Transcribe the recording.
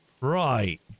Right